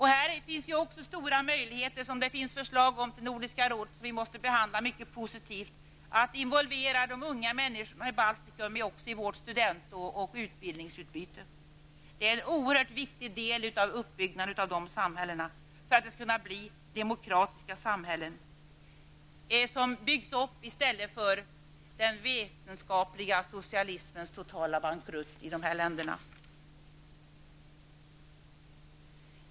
Här finns det stora möjligheter. Det finns förslag till Nordiska rådet om att involvera de unga människorna i Baltikum i vårt student och utbildningsutbyte. Vi måste behandla detta förslag mycket positivt. Det är en oerhört viktig del av uppbyggnaden av dessa samhällen för att det skall bli demokratiska samhällen som byggs upp när vi nu kan se den vetenskapliga socialismens totala bankrutt i dessa länder.